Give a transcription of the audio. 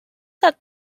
that